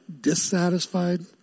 dissatisfied